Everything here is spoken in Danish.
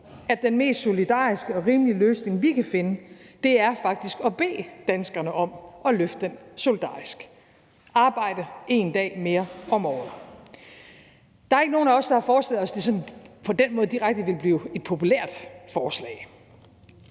at den mest solidariske og rimelige løsning, vi kan finde, faktisk er at bede danskerne om at løfte den solidarisk: arbejde én dag mere om året. Der er ikke nogen af os, der havde forestillet os, at det på den måde direkte ville blive et populært forslag,